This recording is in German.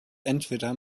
entweder